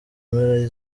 mpera